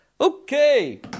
Okay